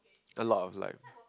a lot of lime